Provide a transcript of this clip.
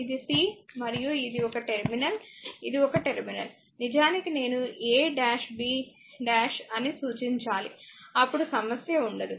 ఇది C ఇది మరియు ఇది ఒక టెర్మినల్ ఇది ఒక టెర్మినల్ నిజానికి నేను a డాష్ b డాష్ అని సూచించాలి అప్పుడు సమస్య ఉండదు